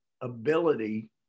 ability